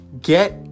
Get